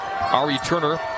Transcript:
Ari-Turner